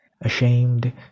Ashamed